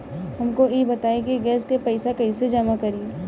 हमका ई बताई कि गैस के पइसा कईसे जमा करी?